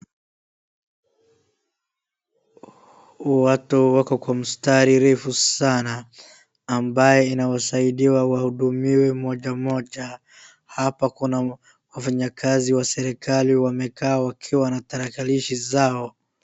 Watu wako kwa mstari refu sana ambaye inawasaidia wahudumiwe moja moja. Hapa kuna mfanyikazi wa serikali wamekaa wakiwa na tarakilishi zao.